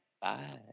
Bye